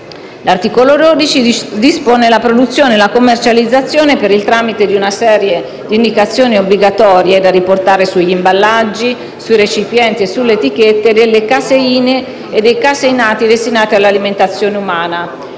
L'articolo 12, disciplina la produzione e la commercializzazione - per il tramite di una serie di indicazioni obbligatorie da riportare sugli imballaggi, sui recipienti e sulle etichette - delle caseine e dei caseinati destinati all'alimentazione umana